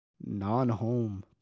non-home